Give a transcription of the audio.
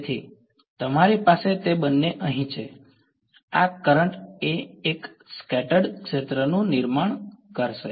તેથી તમારી પાસે તે બંને અહીં છે આ કરંટ એ એક સ્કેટર્ડ ક્ષેત્રનું નિર્માણ કરશે